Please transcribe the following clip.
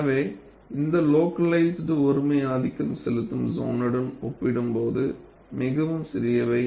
எனவே இந்த சோன்கள் ஒருமை ஆதிக்கம் செலுத்தும் சோன்னுடன் ஒப்பிடும்போது மிகவும் சிறியவை